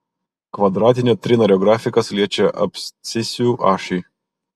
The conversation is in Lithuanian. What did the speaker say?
kvadratinio trinario grafikas liečia abscisių ašį